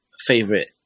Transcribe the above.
favorite